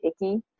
icky